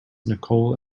nicole